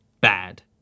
bad